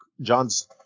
John's